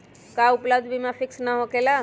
का उपलब्ध बीमा फिक्स न होकेला?